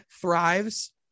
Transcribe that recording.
thrives